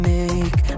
make